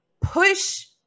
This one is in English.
push